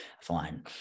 fine